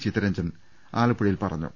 ചിത്തരഞ്ജൻ ആലപ്പുഴയിൽ പറഞ്ഞു